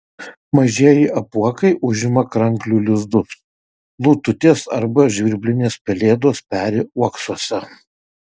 mažieji apuokai užima kranklių lizdus lututės arba žvirblinės pelėdos peri uoksuose